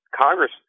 Congress